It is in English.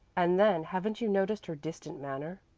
and then haven't you noticed her distant manner?